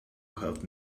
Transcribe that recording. have